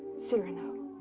cyrano?